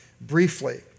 briefly